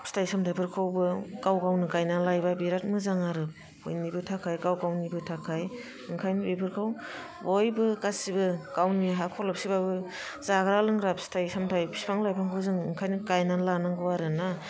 फिथाइ सामथाइफोरखौबो गाव गावनो गाइनानै लायोबा बिराद मोजां आरो बयनिबो थाखाय गाव गावनिबाे थाखाय ओंखायनो बेफोरखौ बयबो गासिबो गावनि हा खरलबसे बाबो जाग्रा लोंग्रा फिथाइ सामथाइ बिफां लाइफांखौ जों ओंखायनो गाइनानै लानांगौ आरो ना